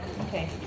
Okay